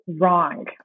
wrong